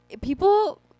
people